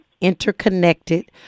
interconnected